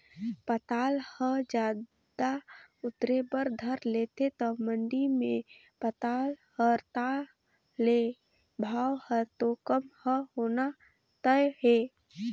पताल ह जादा उतरे बर धर लेथे त मंडी मे पताल हर ताह ले भाव हर तो कम ह होना तय हे